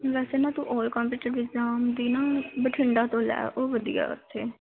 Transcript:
ਵੈਸੇ ਨਾ ਤੂੰ ਓਲ ਇਗ੍ਜ਼ੈਮ ਦੀ ਨਾ ਬਠਿੰਡਾ ਤੋਂ ਲੈ ਉਹ ਵਧੀਆ ਉੱਥੇ